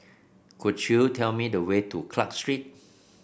could you tell me the way to Clarke Street